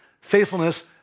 faithfulness